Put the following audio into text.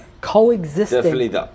coexisting